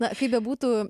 na kaip bebūtų